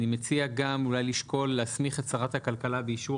אני מציע גם אולי לשקול להסמיך את שרת הכלכלה באישור